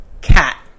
cat